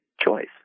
choice